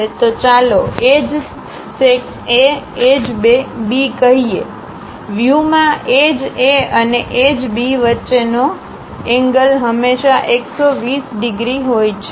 તો ચાલો એજ સેક્સ A એજ B કહીએ વ્યૂ માં એજA અને એજB વચ્ચેનો એંગલ હંમેશાં 120 ડિગ્રી હોય છે